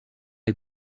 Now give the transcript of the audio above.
est